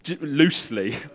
Loosely